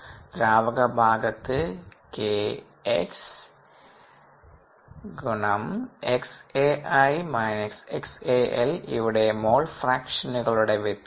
ദ്രാവകഭാഗത്ത് kx ഇവിടെ മോൾഫ്രാക്ഷനുകളുടെ വ്യത്യാസം